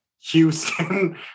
Houston